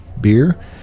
beer